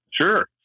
sure